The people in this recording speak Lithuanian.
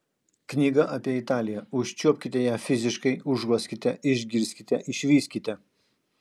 knyga apie italiją užčiuopkite ją fiziškai užuoskite išgirskite išvyskite